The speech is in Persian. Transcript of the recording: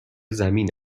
زمین